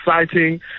exciting